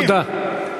תודה.